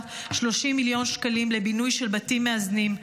30 מיליון שקלים לבינוי של בתים מאזנים.